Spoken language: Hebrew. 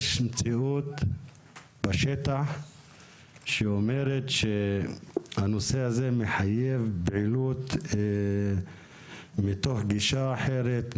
יש מציאות בשטח שאומרת שהנושא הזה מחייב פעילות שהיא מתוך גישה אחרת,